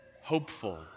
hopeful